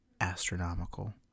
astronomical